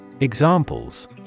Examples